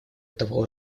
этого